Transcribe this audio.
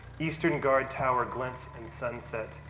eastern guard tower glints in sunset,